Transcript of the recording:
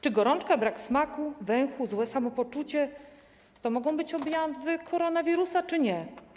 Czy gorączka, brak smaku, węchu, złe samopoczucie to mogą być objawy koronawirusa, czy nie?